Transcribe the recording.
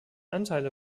anteile